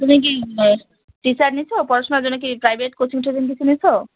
তুমি কি টিচার নিয়েছো পড়াশুনার জন্যে কি প্রাইভেট কোচিং টোচিং কিছু নিসো